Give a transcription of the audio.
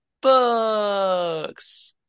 books